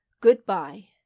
Goodbye